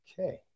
Okay